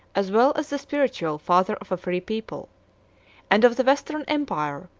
as well as the spiritual, father of a free people and of the western empire,